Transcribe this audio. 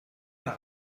l’a